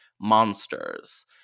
monsters